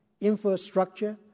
infrastructure